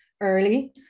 early